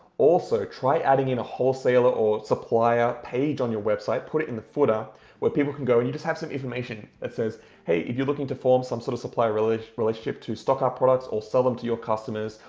also, try adding in a wholesaler or supplier page on your website. put it in the footer where people can go and you just have some information that says hey, if you're looking to form some sort of supplier relationship relationship to stock our products or sell them to your customers,